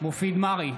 מופיד מרעי,